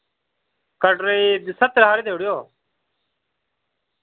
कटरे सत्तर हारे देई ओड़ेओ